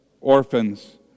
orphans